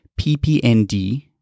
PPND